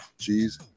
Cheese